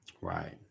Right